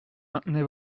maintenez